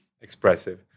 expressive